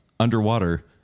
Underwater